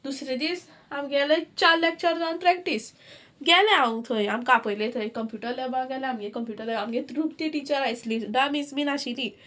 दुसरे दीस आमगेले चार लेक्चर जावन प्रॅक्टीस गेले हांव थंय आमकां आपयले थंय कंप्युटर लेब गेल्या आमगे कंप्युटर लेब आमगे त्रुप्ती टिचर आशिल्ली हिल्डा मिस बी आशिल्ली